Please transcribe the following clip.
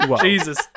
Jesus